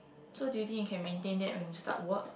so do you think you can maintain that when you start work